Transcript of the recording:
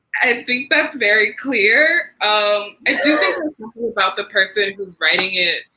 i think that's very clear. ah it's about the person who's writing it,